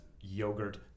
yogurt